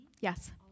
Yes